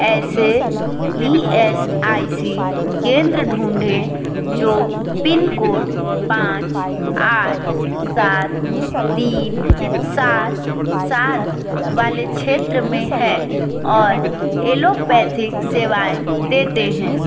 ऐसे E S I C केंद्र ढूँढें जो पिन कोड पाँच आठ सात तीन सात सात वाले क्षेत्र में हैं और एलोपैथीक सेवाएँ देते हैं